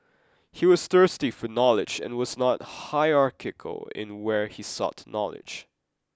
he was thirsty for knowledge and was not hierarchical in where he sought knowledge